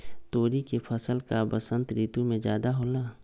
तोरी के फसल का बसंत ऋतु में ज्यादा होला?